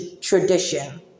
tradition